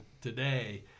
today